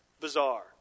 bizarre